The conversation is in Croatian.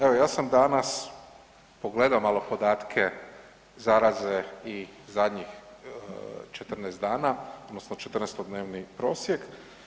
Evo ja sam danas pogledao malo podatke zaraze i zadnjih 14 dana odnosno 14-dnevni prosjek.